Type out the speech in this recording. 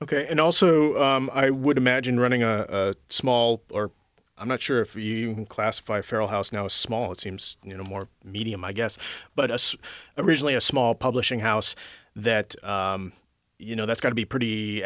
ok and also i would imagine running a small or i'm not sure if you can classify feral house no small it seems you know more medium i guess but as originally a small publishing house that you know that's got to be pretty